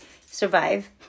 survive